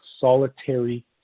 solitary